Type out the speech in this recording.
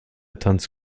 tanzt